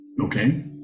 Okay